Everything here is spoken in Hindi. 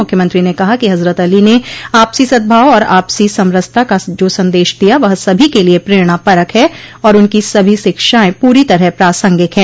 मुख्यमंत्री ने कहा कि हजरत अली ने आपसी सदभाव और आपसी समरसता का जो संदेश दिया वह सभी के लिय प्रेरणा परक है और उनकी सभी शिक्षाएं पूरी तरह प्रासंगिक है